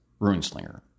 RuneSlinger